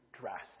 drastic